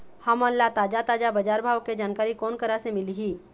हमन ला ताजा ताजा बजार भाव के जानकारी कोन करा से मिलही?